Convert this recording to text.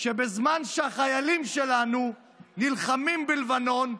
שבזמן שהחיילים שלנו נלחמים בלבנון,